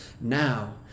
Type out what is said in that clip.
now